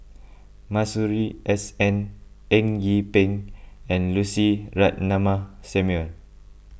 Masuri S N Eng Yee Peng and Lucy Ratnammah Samuel